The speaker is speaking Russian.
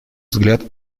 взгляд